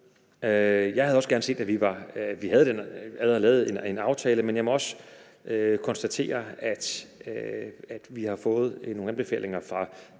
Jeg havde også gerne set, at vi allerede havde lavet en aftale, men jeg må også konstatere, at vi har fået nogle anbefalinger fra